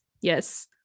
yes